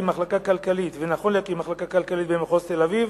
מחלקה כלכלית ונכון להקים מחלקה כלכלית במחוז תל-אביב,